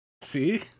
See